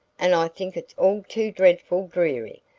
and i think it's all too dreadfully dreary!